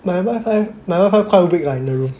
my wifi my wifi quite weak lah in the room